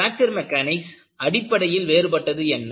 fracture mechanics அடிப்படையில் வேறுபட்டது என்ன